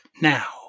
now